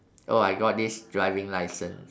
oh I got this driving license